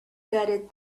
gutted